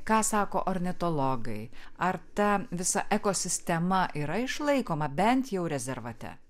ką sako ornitologai ar ta visa ekosistema yra išlaikoma bent jau rezervate